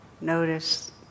Notice